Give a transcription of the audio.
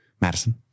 Madison